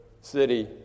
city